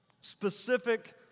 specific